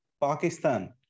Pakistan